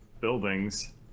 buildings